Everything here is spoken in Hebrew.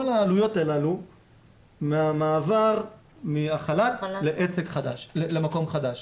העלויות הללו מהמעבר מהחל"ת למקום חדש.